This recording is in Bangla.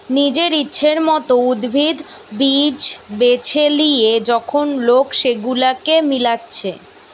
নিজের ইচ্ছের মত উদ্ভিদ, বীজ বেছে লিয়ে যখন লোক সেগুলাকে মিলাচ্ছে